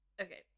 okay